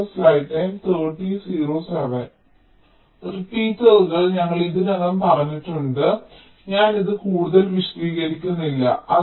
റിപ്പീറ്ററുകൾ ഞാൻ ഇതിനകം പറഞ്ഞിട്ടുണ്ട് അതിനാൽ ഞാൻ ഇത് കൂടുതൽ വിശദീകരിക്കുന്നില്ല